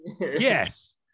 yes